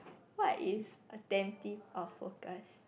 what is attentive of workers